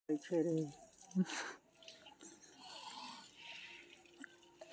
एहि योजना के तहत केवल ग्रीन फील्ड परियोजना लेल ऋण भेटै छै